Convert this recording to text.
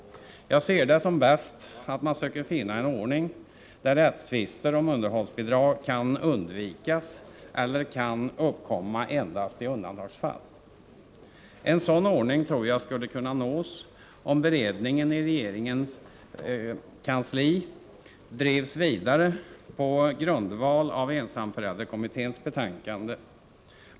Jag anser det bäst att man söker finna en ordning där rättstvister om underhållsbidrag kan undvikas eller kan uppkomma endast i undantagsfall. En sådan ordning tror jag skulle kunna nås om beredningen i regeringens kansli drevs vidare på grundval av ensamförälderkommitténs betänkande.